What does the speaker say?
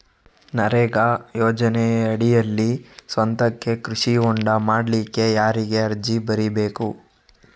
ನರೇಗಾ ಯೋಜನೆಯಡಿಯಲ್ಲಿ ಸ್ವಂತಕ್ಕೆ ಕೃಷಿ ಹೊಂಡ ಮಾಡ್ಲಿಕ್ಕೆ ಯಾರಿಗೆ ಅರ್ಜಿ ಬರಿಬೇಕು?